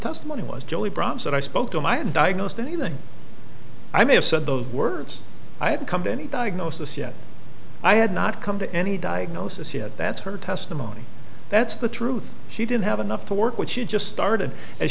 testimony was julie brown said i spoke to him i had diagnosed anything i may have said those words i've come to any diagnosis yet i had not come to any diagnosis yet that's her testimony that's the truth she didn't have enough to work with she just started a